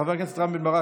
חבר הכנסת סמי אבו שחאדה,